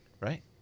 Right